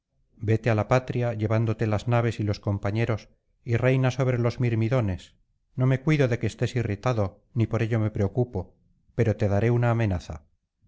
vete á la patria llevándote las naves y los compañeros y reina sobre los mirmidones no me cuido de que estés irritado ni por ello me preocupo pero te haré una amenaza